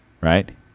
right